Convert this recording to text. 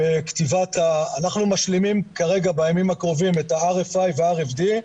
אנחנו משלימים כרגע בימים הקרובים את ה-RFI וה-RFD,